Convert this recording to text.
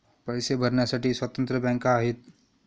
पैसे भरण्यासाठी स्वतंत्र बँका आहेत